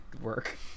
work